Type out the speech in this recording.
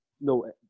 no